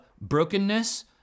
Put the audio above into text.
brokenness